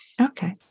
Okay